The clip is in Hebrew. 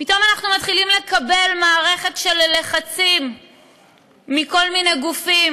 פתאום אנחנו מתחילים לקבל מערכת של לחצים מכל מיני גופים